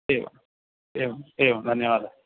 एवम् एवम् एवं धन्यवादः